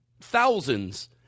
thousands